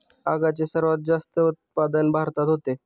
तागाचे सर्वात जास्त उत्पादन भारतात होते